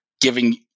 giving